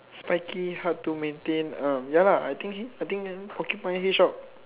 spiky hard to maintain ah ya lah then I think porcupine hedgehog